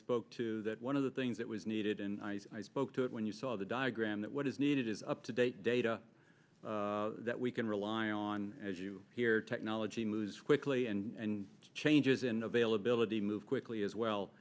spoke to that one of the things that was needed and i spoke to it when you saw the diagram that what is needed is up to date data that we can rely on as you hear technology moves quickly and changes in availability move quickly as well